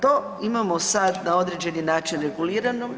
To imamo sad na određeni način regulirano.